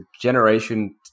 generation